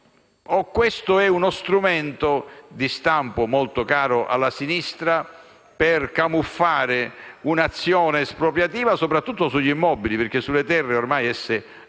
questo è uno strumento, di stampo molto caro alla sinistra, per camuffare un'azione espropriativa soprattutto sugli immobili? Le terre, infatti,